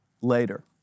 later